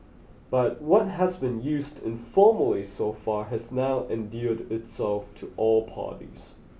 but what has been used informally so far has now endeared itself to all parties